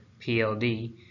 PLD